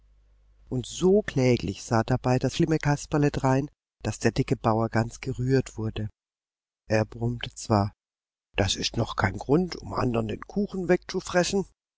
und so kläglich sah dabei das schlimme kasperle drein daß der dicke bauer ganz gerührt wurde er brummte zwar das ist noch kein grund um andern den kuchen wegzufressen